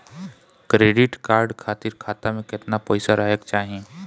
Credit card खातिर खाता में केतना पइसा रहे के चाही?